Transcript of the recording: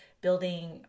building